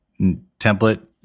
template